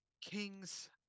Kings